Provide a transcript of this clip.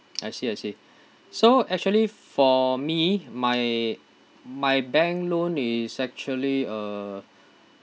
I see I see so actually for me my my bank loan is actually uh